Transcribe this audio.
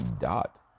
dot